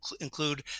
include